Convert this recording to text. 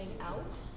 out